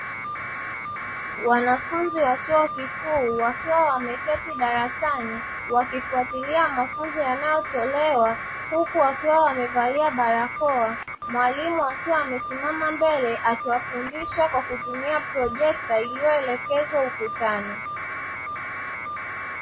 Wanfunzi wa chuo kikuu wakiwa wameketi darasani wakifuatilia mafunzo yanayotolewa, huku wakiwa wamevalia barakoa. Mwalimu akiwa amesimama mbele, akiwafundisha kwa kutumia projeta iliyoelekezwa ukutani.